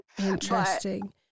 Interesting